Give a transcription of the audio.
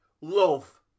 Love